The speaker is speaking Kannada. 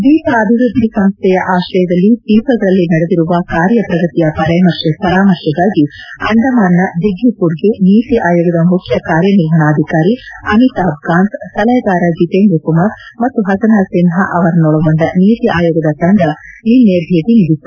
ದ್ವೀಪ ಅಭಿವೃದ್ದಿ ಸಂಸ್ಥೆಯ ಆಶ್ರಯದಲ್ಲಿ ದ್ವೀಪಗಳಲ್ಲಿ ನಡೆದಿರುವ ಕಾರ್ಯಪ್ರಗತಿಯ ಪರಾಮರ್ಶೆಗಾಗಿ ಅಂಡಮಾನ್ನ ದಿಗ್ಲಿಪುರ್ಗೆ ನೀತಿ ಆಯೋಗದ ಮುಖ್ಯ ಕಾರ್ಯನಿರ್ವಹಣಾಧಿಕಾರಿ ಅಮಿತಾಬ್ ಕಾಂತ್ ಸಲಹೆಗಾರ ಜಿತೇಂದ್ರ ಕುಮಾರ್ ಮತ್ತು ಹಸನಾ ಸಿನ್ಹಾ ಅವರನ್ನೊಳಗೊಂಡ ನೀತಿ ಆಯೋಗದ ತಂಡ ನಿನ್ನೆ ಭೇಟಿ ನೀಡಿತ್ತು